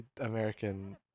American